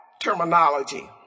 terminology